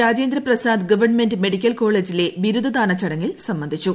Rajendra Prasad government medical കോളേജിലെ ബിരുദദാന ചടങ്ങിൽ സംബന്ധിച്ചു